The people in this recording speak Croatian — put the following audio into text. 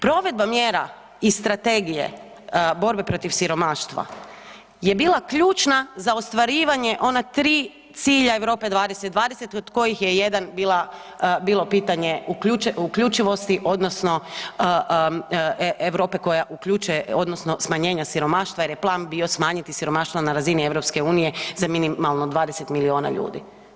Provedba mjera iz strategije borbe protiv siromaštva je bila ključna za ostvarivanje ona 3 cilja Europe 2020 od kojih je jedan bila, bilo pitanje uključivosti, odnosno Europe koja uključuje, odnosno smanjenja siromaštva jer je plan bio smanjiti siromaštvo na razini EU za minimalno 20 milijuna ljudi.